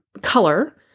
color